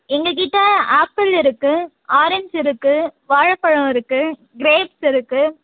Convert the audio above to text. எங்கள்கிட்ட ஆப்பிள் இருக்குது ஆரஞ்சு இருக்குது வாழப்பழம் இருக்குது க்ரேப்ஸ் இருக்குது